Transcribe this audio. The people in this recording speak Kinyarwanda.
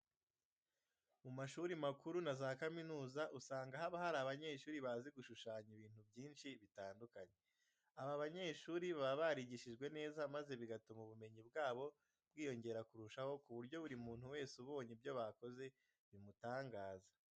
Mu mashuri makuru na za kaminuza usanga haba hari abanyeshuri bazi gushushanya ibintu byinshi bitandukanye. Aba banyeshuri baba barigishijwe neza maze bigatuma ubumenyi bwabo bwiyongera kurushaho ku buryo buri muntu wese ubonye ibyo bakoze bimutangaza.